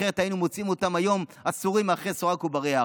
אחרת היינו מוצאים אותן היום עצורות מאחורי סורג ובריח.